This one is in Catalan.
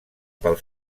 pel